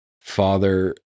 father